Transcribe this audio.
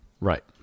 Right